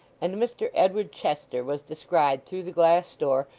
and mr edward chester was descried through the glass door,